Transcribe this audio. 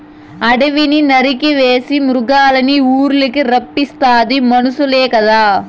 అడివిని నరికేసి మృగాల్నిఊర్లకి రప్పిస్తాది మనుసులే కదా